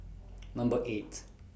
Number eight